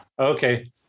Okay